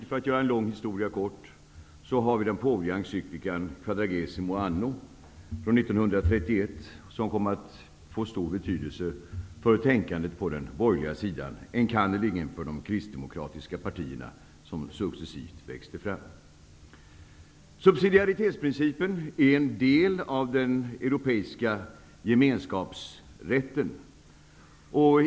För att göra en lång historia kort har från modern tid den påvliga encyklian Quadragesimo anno från 1931 fått stor betydelse för tänkandet på den borgerliga sidan, enkannerligen för de kristdemokratiska partierna som successivt växte fram. Subsidiaritetsprincipen är en del av den europeiska gemenskapsrätten.